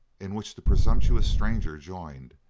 in which the presumptuous stranger joined,